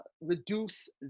Reduce